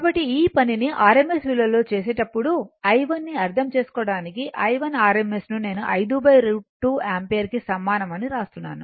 కాబట్టి ఈ పనిని rms విలువలో చేసేటప్పుడు i1 ను అర్థం చేసుకోవడానికి i1 rms ను నేను 5 √ 2 యాంపియర్ కి సమానం అని వ్రాస్తున్నాను